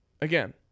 again